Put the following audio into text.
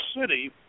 city